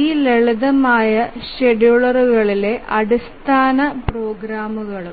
ഈ ലളിതമായ ഷെഡ്യൂളറുകളിലെ അടിസ്ഥാന പ്രോഗ്രാമുകളും